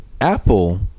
apple